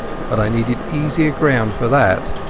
but i needed easier ground for that,